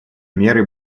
меры